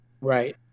Right